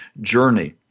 journey